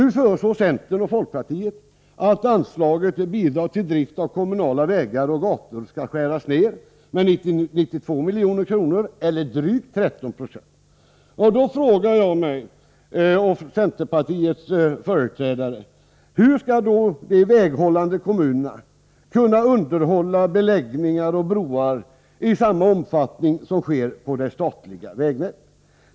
Nu föreslår centern och folkpartiet att anslaget Bidrag till drift av kommunala vägar och gator skall skäras ned med 92 milj.kr. eller drygt 13 70. Hur skall då de väghållande kommunerna kunna underhålla beläggningar och broar i samma omfattning som sker på det statliga vägnätet?